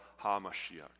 HaMashiach